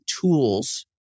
tools